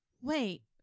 wait